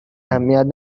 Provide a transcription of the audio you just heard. اهمیت